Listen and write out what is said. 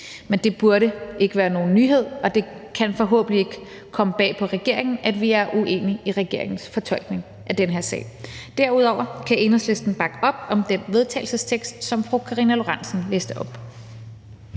Men det burde ikke være nogen nyhed, og det kan forhåbentlig ikke komme bag på regeringen, at vi er uenige i regeringens fortolkning af den her sag. Derudover kan Enhedslisten bakke op om den vedtagelsestekst, som fru Karina Lorentzen Dehnhardt